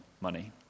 money